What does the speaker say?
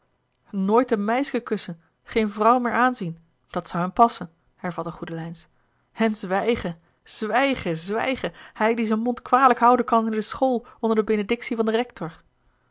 nooit een meiske kussen geene vrouw meer aanzien dat zou hem passen hervatte goedelijns en zwijgen zwijgen zwijgen hij die zijn mond kwalijk houden kan in de school onder de benedictie van den rector